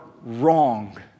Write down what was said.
wrong